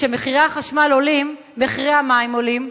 כשמחירי החשמל עולים, מחירי המים עולים,